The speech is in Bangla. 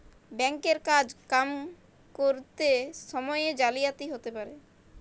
ব্যাঙ্ক এর কাজ কাম ক্যরত সময়ে জালিয়াতি হ্যতে পারে